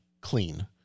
clean